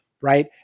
right